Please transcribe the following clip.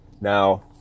now